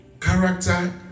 Character